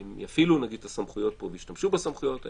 אם יפעילו נגיד את הסמכויות פה וישתמשו בסמכויות האלה,